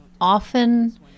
often